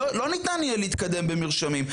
לא ניתן יהיה להתקדם במרשמים.